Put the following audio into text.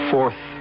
Fourth